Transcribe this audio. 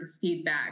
feedback